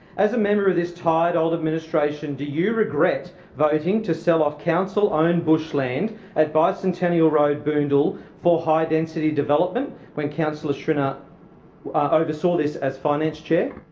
as a member of this tired old administration do you regret voting to sell off council owned bushland at bicentennial road, boondall for high density development when councillor schrinner oversaw this as finance chair?